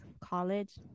college